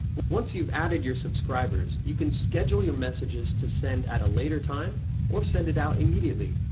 once you've added your subscribers you can schedule your messages to send at a later time or send it out immediately.